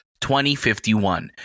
2051